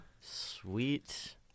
sweet